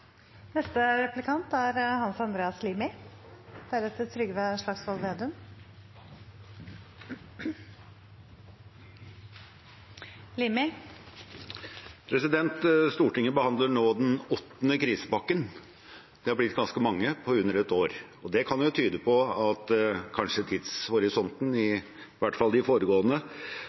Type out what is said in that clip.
Stortinget behandler nå den åttende krisepakken. Det har blitt ganske mange på under ett år. Det kan tyde på at tidshorisonten, i hvert fall i de foregående,